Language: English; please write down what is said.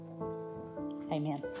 Amen